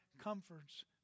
comforts